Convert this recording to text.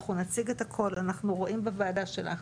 אנחנו נציג את הכל, אנחנו רואים בוועדה שלך,